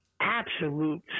absolute